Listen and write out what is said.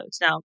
Now